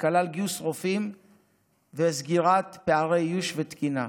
שכלל גיוס רופאים וסגירת פערי איוש ותקינה.